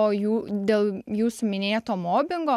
o jų dėl jūsų minėto mobingo